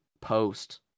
post